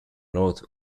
north